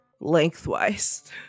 lengthwise